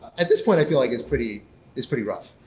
at this point i feel like it's pretty it's pretty rough.